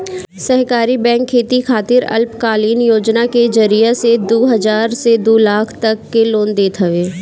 सहकारी बैंक खेती खातिर अल्पकालीन योजना के जरिया से दू हजार से दू लाख तक के लोन देत हवे